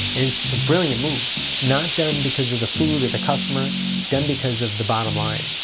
it's a brilliant move not done because of the food or the customer done because of the bottom line